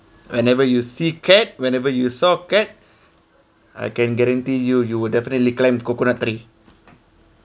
whenever you see cat whenever you saw cat I can guarantee you you would definitely climbing coconut tree